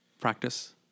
practice